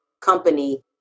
company